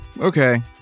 Okay